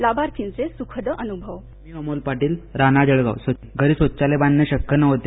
लाभार्थींचे सुखद अनुभव मी मोहन पाटील राहणार जळगाव घरी शौचालय बांधणे शक्य नवते